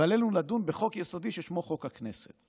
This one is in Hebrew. ועלינו לדון בחוק יסודי ששמו 'חוק הכנסת'".